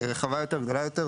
רחבה יותר וגדולה יותר,